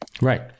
Right